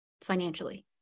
financially